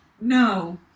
No